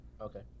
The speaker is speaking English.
Okay